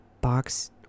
box